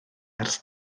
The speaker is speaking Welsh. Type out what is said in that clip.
ers